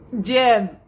Jim